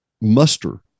muster